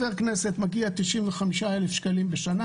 לחבר כנסת מגיע 95,000 שקלים בשנה.